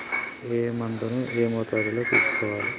ఏ మందును ఏ మోతాదులో తీసుకోవాలి?